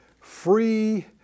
free